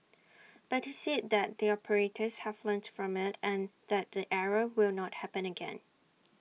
but he said that the operators have learnt from IT and that the error will not happen again